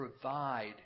provide